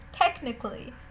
technically